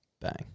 Bang